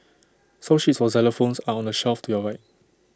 song sheets for xylophones are on the shelf to your right